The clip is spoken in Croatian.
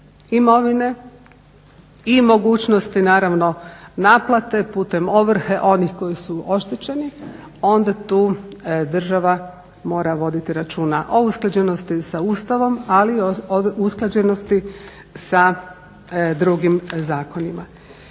imovine i mogućnosti naplate putem ovrhe onih koji su oštećeni onda tu država mora voditi računa o usklađenosti sa Ustavom ali i o usklađenosti sa drugim zakonima.